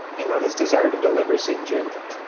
you know, his desire to deliver seemed genuine.